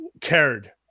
cared